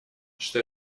что